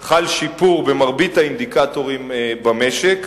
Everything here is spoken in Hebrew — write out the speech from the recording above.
חל שיפור במרבית האינדיקטורים במשק.